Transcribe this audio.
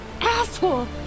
asshole